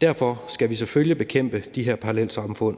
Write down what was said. Derfor skal vi selvfølgelig bekæmpe de her parallelsamfund,